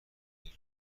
این